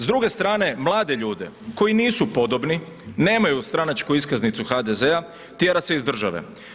S druge strane, mlade, ljude, koji nisu podobni, nemaju stranačku iskaznicu HDZ-a tjera se iz države.